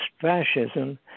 fascism